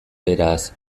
beraz